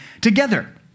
together